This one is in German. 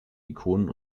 ikonen